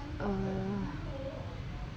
err